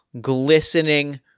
glistening